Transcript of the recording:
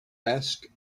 asked